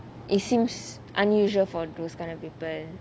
it seems unusual for those kind of people